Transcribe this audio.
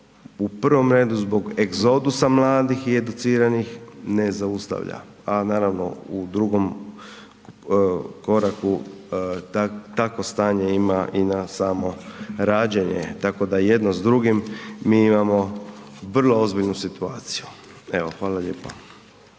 u prvom redu zbog egzodusa mladih i educiranih ne zaustavlja, a naravno u drugom koraku takvo stanje ima i na samo rađenje, tako da jedno s drugim mi imamo vrlo ozbiljnu situaciju. Evo, hvala lijepo.